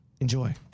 Enjoy